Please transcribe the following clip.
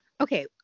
Okay